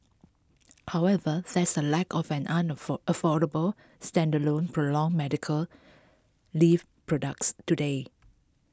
however there is A lack of an afford affordable standalone prolonged medical leave products today